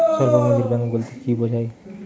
স্বল্প পুঁজির ব্যাঙ্ক বলতে কি বোঝায়?